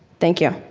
thank you.